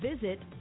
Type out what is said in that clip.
visit